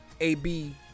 AB